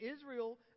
Israel